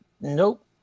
Nope